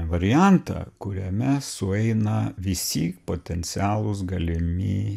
variantą kuriame sueina visi potencialūs galimi